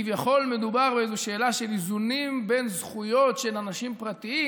כביכול מדובר באיזו שאלה של איזונים בין זכויות של אנשים פרטיים,